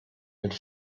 mit